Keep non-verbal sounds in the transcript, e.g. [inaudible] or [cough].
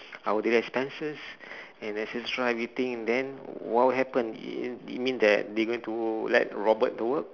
how will the expenses [breath] and then since try waiting then what would happen y~ you mean that they going to let robert to work